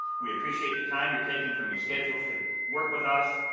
we appreciate the time you're taking from your schedules to work with us,